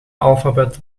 alfabet